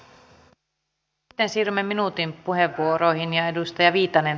sitten siirrymme minuutin puheenvuoroihin